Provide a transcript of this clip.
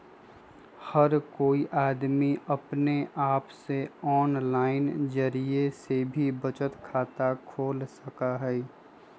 हर कोई अमदी अपने आप से आनलाइन जरिये से भी बचत खाता खोल सका हई